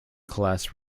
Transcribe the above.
class